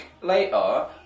later